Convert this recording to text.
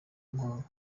muhanga